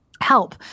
help